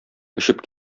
очып